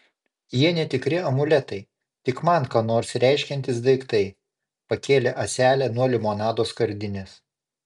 jie netikri amuletai tik man ką nors reiškiantys daiktai pakėlė ąselę nuo limonado skardinės